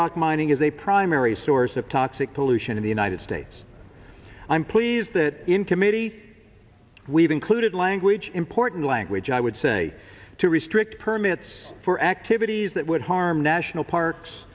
rock mining is a primary source of toxic pollution in the united states i'm pleased that in committee we've included language important language i would say to restrict permits for activities that would harm national parks